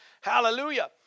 Hallelujah